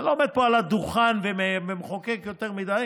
אני לא עומד פה על הדוכן ומחוקק יותר מדי,